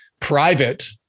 private